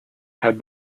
had